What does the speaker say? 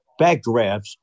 Backdrafts